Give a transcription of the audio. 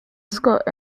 scott